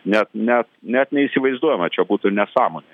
net ne net neįsivaizduojama čia būtų nesąmonė